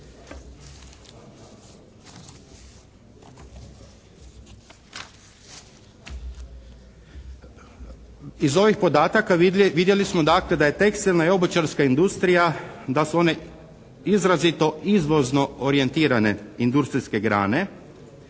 Iz ovih podataka vidjeli smo dakle da je tekstilna i obućarska industrija, da su one izrazito izvozno orijentirane industrijske grane